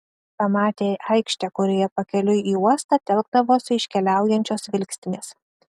pamatė aikštę kurioje pakeliui į uostą telkdavosi iškeliaujančios vilkstinės